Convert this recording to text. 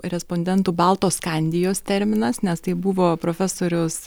respondentų baltoskandijos terminas nes tai buvo profesoriaus